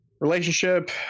relationship